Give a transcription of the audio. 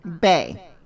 Bay